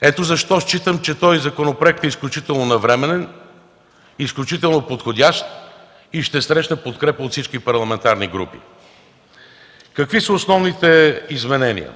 Ето защо считам, че този законопроект е изключително навременен, изключително подходящ и ще срещне подкрепа от всички парламентарни групи. Какви са основните изменения?